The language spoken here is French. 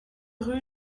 rue